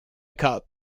cup